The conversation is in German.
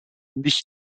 nicht